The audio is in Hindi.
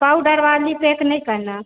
कउ डरवाली पेक नहीं करना